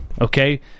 Okay